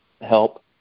help